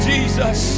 Jesus